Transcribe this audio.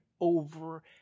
over